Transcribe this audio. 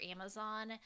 Amazon